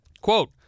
Quote